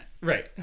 Right